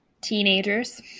Teenagers